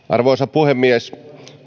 arvoisa puhemies